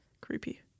Creepy